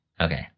okay